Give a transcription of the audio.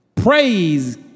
Praise